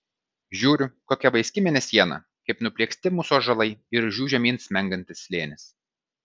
žiūriu kokia vaiski mėnesiena kaip nuplieksti mūsų ąžuolai ir už jų žemyn smengantis slėnis